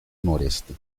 noroeste